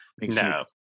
No